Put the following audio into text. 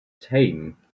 tame